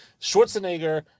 Schwarzenegger